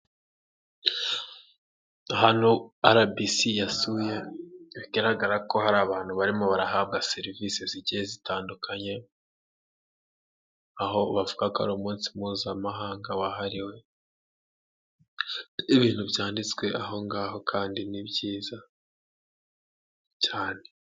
Hano RBC yasuye bigaragara ko hari abantu barimo barahabwa serivise zigiye zitandukanye, aho bavuga ko ari umunsi mpuzamahanga wahariwe ibintu byanditswe aho ngaho kandi ni byiza cyane.